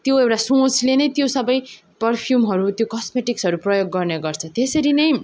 त्यो एउटा सोचले नै त्यो सबै पर्फ्युमहरू त्यो कस्मेटिक्सहरू प्रयोग गर्ने गर्छ त्यसरी नै